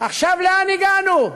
עכשיו, לאן הגענו?